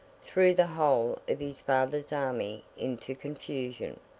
threw the whole of his father's army into confusion.